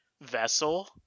vessel